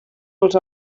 els